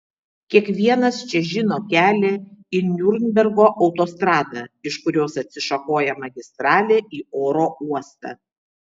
kiekvienas čia žino kelią į niurnbergo autostradą iš kurios atsišakoja magistralė į oro uostą